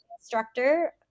instructor